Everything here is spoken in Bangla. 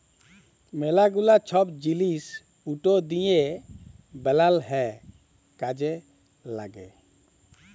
ম্যালা গুলা ছব জিলিস উড দিঁয়ে বালাল হ্যয় কাজে ল্যাগে